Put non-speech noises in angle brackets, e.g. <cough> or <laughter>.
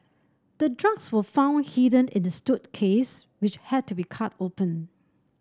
the drugs were found hidden in the <unintelligible> which had to be cut open